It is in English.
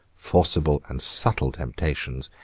forcible and subtle temptations,